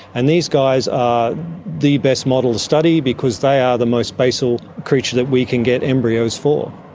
and these guys are the best model study because they are the most basal creature that we can get embryos for.